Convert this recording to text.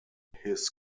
his